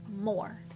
more